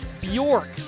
Bjork